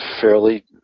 fairly